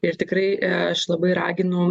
ir tikrai aš labai raginu